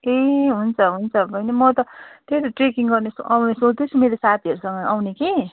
ए हुन्छ हुन्छ बैनी म त त्यही त ट्रेकिङ गर्ने अब सोच्दैछु मेरो साथीहरूसँग आउने के